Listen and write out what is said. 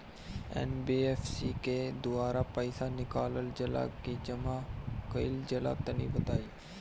NBFC के द्वारा पईसा निकालल जला की जमा कइल जला तनि बताई?